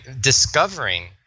discovering